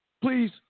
Please